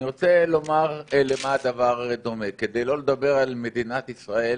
אני רוצה לומר למה הדבר דומה כדי לא לדבר על מדינת ישראל.